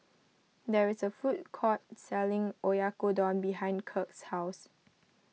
there is a food court selling Oyakodon behind Kirk's house